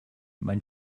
mein